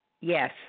Yes